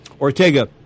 Ortega